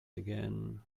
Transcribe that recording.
again